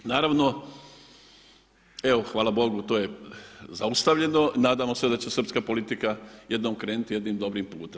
Naravno, evo hvala Bogu to je zaustavljeno, nadamo se da će srpska politika jednom krenuti jednim dobrim putem.